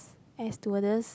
air stewardess